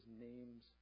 name's